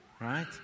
right